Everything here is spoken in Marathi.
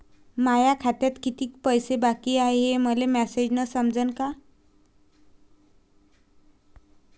माया खात्यात कितीक पैसे बाकी हाय हे मले मॅसेजन समजनं का?